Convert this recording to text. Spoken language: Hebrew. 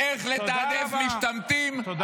-- ואייכלר איך לתעדף משתמטים -- תודה רבה.